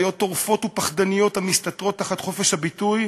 חיות טורפות ופחדניות, המסתתרות תחת חופש הביטוי,